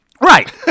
Right